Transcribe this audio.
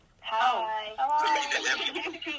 Hi